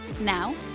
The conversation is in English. Now